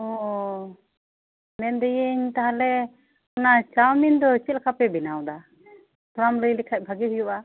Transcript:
ᱳᱚ ᱢᱮᱱᱫᱟᱧ ᱛᱟᱦᱚᱞᱮ ᱚᱱᱟ ᱪᱟᱣᱢᱤᱱ ᱫᱚ ᱪᱮᱫ ᱞᱮᱠᱟ ᱯᱮ ᱵᱮᱱᱟᱣ ᱮᱫᱟ ᱛᱷᱚᱲᱟᱢ ᱞᱟᱹᱭ ᱞᱮᱠᱷᱟᱡ ᱵᱷᱟᱜᱤ ᱦᱩᱭᱩᱜᱼᱟ